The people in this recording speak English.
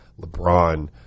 LeBron